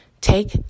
take